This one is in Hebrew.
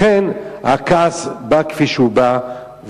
לכן הכעס בא כפי שהוא בא,